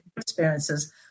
experiences